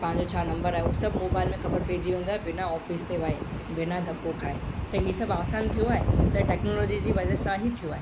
तव्हांजो छा नम्बर आहे हू सब मोबाइल में ख़बरु पइजी वेंदो आहे बिना ऑफिस ते वए बिना धको खाए त हीउ सभु आसान थियो आहे त टेक्नोलॉजी जी वजह सां ई थियो आहे